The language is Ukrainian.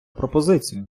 пропозицію